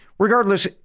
Regardless